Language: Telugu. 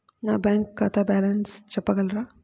నా బ్యాంక్ ఖాతా బ్యాలెన్స్ చెప్పగలరా?